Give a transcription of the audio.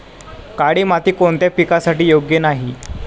काळी माती कोणत्या पिकासाठी योग्य नाही?